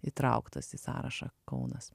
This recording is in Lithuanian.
įtrauktas į sąrašą kaunas